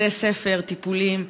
בתי-ספר טיפוליים.